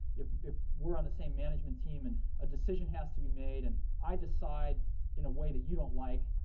if if we're on the same management team, and a decision has to be made, and i decide in a way that you don't like,